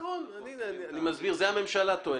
--- ככה הממשלה טוענת.